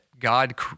God